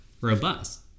robust